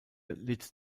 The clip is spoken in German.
litt